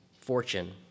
fortune